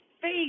face